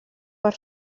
per